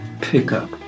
pickup